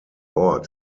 ort